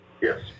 Yes